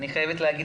אני חייבת להגיד,